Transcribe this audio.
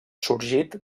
sorgit